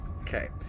Okay